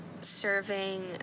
serving